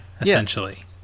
essentially